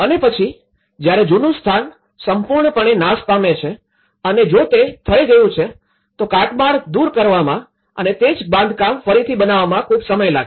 અને પછી જ્યારે જૂનું સ્થાન સંપૂર્ણપણે નાશ પામે છે અને જો તે થઇ ગયું છે તો કાટમાળ દૂર કરવામાં અને તે જ બાંધકામ ફરીથી બનવામાં ખૂબ સમય લાગશે